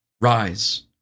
Rise